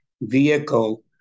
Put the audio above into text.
vehicle